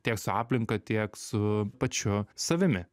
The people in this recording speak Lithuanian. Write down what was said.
tiek su aplinka tiek su pačiu savimi